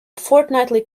fortnightly